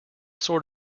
sort